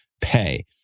pay